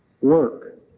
work